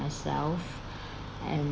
myself and